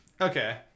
Okay